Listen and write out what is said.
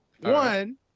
One